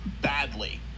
badly